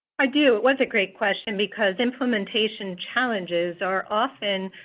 i do. it was a great question because implementation challenges are often